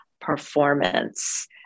performance